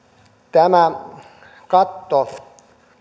tämä katto